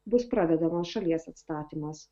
bus pradedamas šalies atstatymas